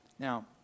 Now